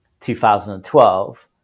2012